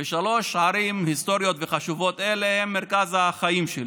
ושלוש ערים היסטוריות וחשובות אלה הן מרכז החיים שלי.